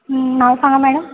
नाव सांगा मॅडम